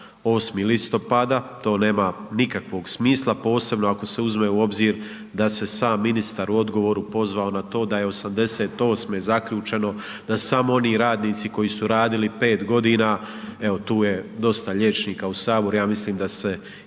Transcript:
8. listopada, to nema nikakvog smisla, posebno ako se uzme u obzir da se sam ministar u odgovoru pozvao na to da je '88. zaključeno da samo oni radnici koji su radili 5 g., evo tu je dosta liječnika u Saboru, ja mislim da se i